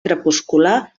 crepuscular